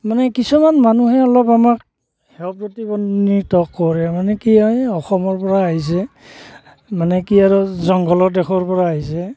মানে কিছুমান মানুহে অলপ আমাক হেয় প্ৰতিপন্নিত কৰে মানে কি হয় অসমৰ পৰা আহিছে মানে কি আৰু জংঘলৰ দেশৰ পৰা আহিছে